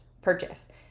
purchase